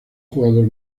jugador